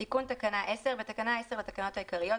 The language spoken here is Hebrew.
תיקון תקנה 10 בתקנה 10 לתקנות העיקריות,